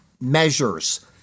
measures